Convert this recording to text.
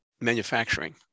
manufacturing